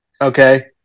Okay